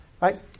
Right